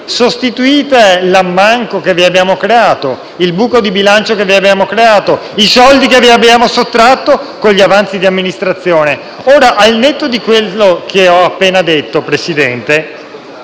sostituite il buco di bilancio che vi abbiamo creato e i soldi che vi abbiamo sottratto con gli avanzi di amministrazione. Al netto di quello che ho appena detto, Presidente,